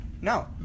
No